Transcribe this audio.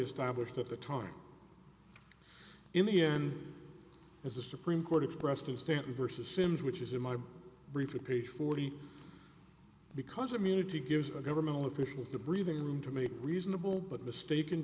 established at the time in the end as the supreme court expressed a standard versus sims which is in my brief page forty because i mean to give governmental officials the breathing room to make reasonable but mistaken